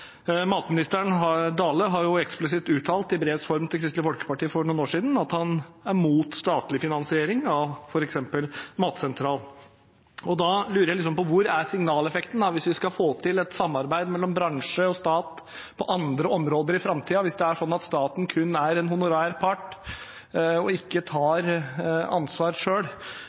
Dale har eksplisitt uttalt i brevs form til Kristelig Folkeparti for noen år siden at han er mot statlig finansiering av f.eks. matsentral. Da lurer jeg på hvor signaleffekten liksom er, hvis vi skal få til et samarbeid mellom bransje og stat på andre områder i framtiden, hvis det er sånn at staten kun er en honorær part og ikke tar ansvar